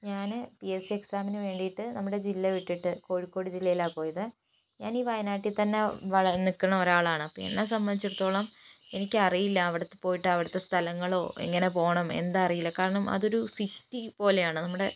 ഞാൻ P S C എക്സാമിനു വേണ്ടിയിട്ട് നമ്മുടെ ജില്ല വിട്ടിട്ട് കോഴിക്കോട് ജില്ലയിലാണ് പോയത് ഞാൻ ഈ വയനാട്ടിൽത്തന്നെ നിൽക്കണ ഒരാളാണ് അപ്പോൾ എന്നെ സംബന്ധിച്ചെടുത്തോളം എനിക്ക് അറിയില്ല അവിടത്തെ പോയിട്ട് അവിടത്തെ സ്ഥലങ്ങളോ എങ്ങനെ പോകണം എന്താ അറിയില്ല കാരണം അതൊരു സിറ്റി പോലെയാണ് നമ്മുടെ